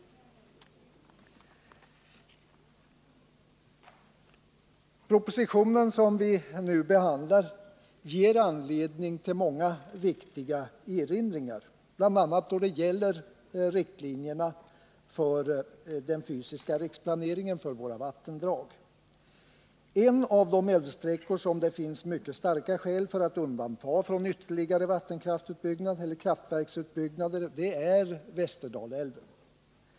Den proposition som vi nu behandlar ger anledning till många viktiga erinringar, bl.a. vad gäller riktlinjerna för den fysiska riksplaneringen för våra vattendrag. En av de älvsträckor som det finns mycket starka skäl att undanta från ytterligare kraftverksutbyggnad är Västerdalälven.